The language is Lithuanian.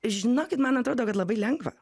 žinokit man atrodo kad labai lengva